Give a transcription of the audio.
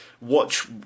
watch